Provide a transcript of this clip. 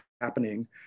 happening